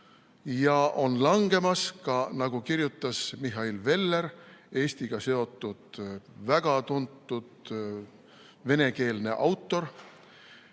hoovuses. Ja nagu kirjutas Mihhail Veller, Eestiga seotud väga tuntud venekeelne autor,